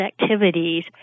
activities